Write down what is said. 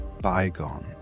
bygone